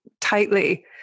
tightly